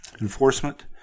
enforcement